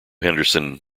henderson